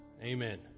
Amen